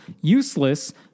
Useless